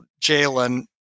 Jalen